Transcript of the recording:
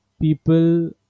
people